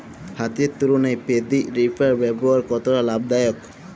হাতের তুলনায় paddy reaper ব্যবহার কতটা লাভদায়ক?